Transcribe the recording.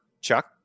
Chuck